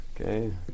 Okay